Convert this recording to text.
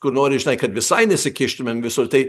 kur nori žinai kad visai nesikiškimėm visur tai